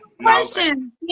question